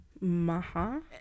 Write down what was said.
maha